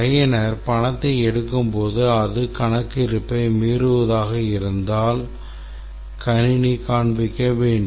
பயனர் பணத்தை எடுக்கும்போது அது கணக்கு இருப்பை மீறுவதாக இருந்தால் கணினி காண்பிக்க வேண்டும்